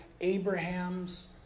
Abraham's